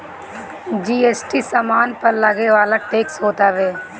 GST सामान पअ लगेवाला टेक्स होत हवे